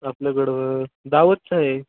आपल्याकडे दावतचा आहे